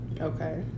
Okay